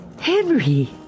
Henry